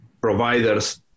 providers